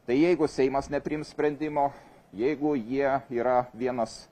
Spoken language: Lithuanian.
tai jeigu seimas nepriims sprendimo jeigu jie yra vienas